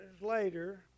later